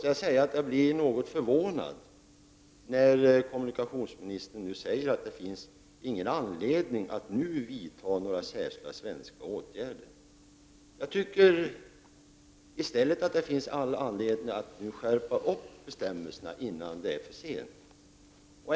Jag blir därför något förvånad, när kommunikationsministern säger att det inte finns någon anledning att nu vidta några särskilda åtgärder från Sveriges sida. I stället anser jag att det finns all anledning att nu skärpa bestämmelserna innan det är för sent.